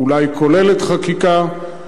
אולי כוללת חקיקה,